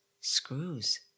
screws